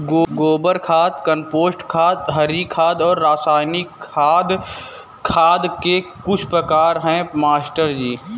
गोबर खाद कंपोस्ट खाद हरी खाद और रासायनिक खाद खाद के कुछ प्रकार है मास्टर जी